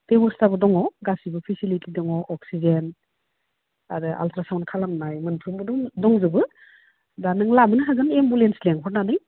बेबस्थाबो दङ गासैबो फेसिलिटि दङ अक्सिजेन आरो आल्ट्रा साउन्ड खालामनाय मोनफ्रोमबो दंजोबो दा नों लाबोनो हागोन एम्बुलेन्स लिंहरनानै